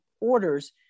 orders